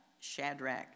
Shadrach